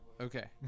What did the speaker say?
okay